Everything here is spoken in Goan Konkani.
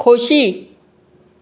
खोशी